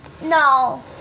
No